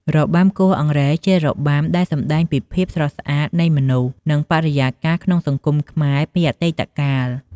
របាំគោះអង្រែ ជារបាំដែលសម្តែងពីភាពស្រស់ស្អាតនៃមនុស្ស និងបរិយាកាសក្នុងសង្គមខ្មែរពីអតីតកាល។